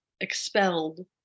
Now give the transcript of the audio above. expelled